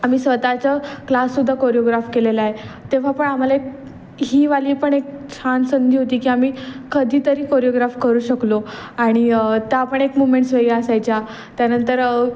आम्ही स्वतःचं क्लास सुद्धा कोरिओग्राफ केलेला आहे तेव्हा पण आम्हाला एक हीवाली पण एक छान संधी होती की आम्ही कधीतरी कोरिओग्राफ करू शकलो आणि त्या पण एक मुमेंट्स वेगळ्या असायच्या त्यानंतर